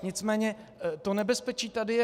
Nicméně to nebezpečí tady je.